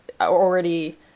already